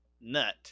Nut